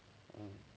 um